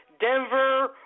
Denver